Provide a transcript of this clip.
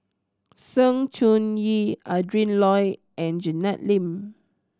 Sng Choon Yee Adrin Loi and Janet Lim